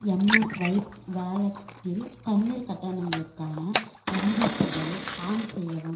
எம்எஸ்வைப் வேலெட்டில் தண்ணீர் கட்டணங்களுக்கான அறிவிப்புகளை ஆன் செய்யவும்